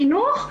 חינוך,